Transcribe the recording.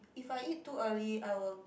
if I eat too early I will